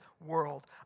world